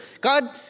God